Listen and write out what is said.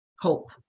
hope